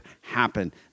happen